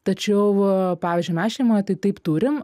tačiau pavyzdžiui mes šeimoje tai taip turim